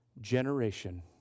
generation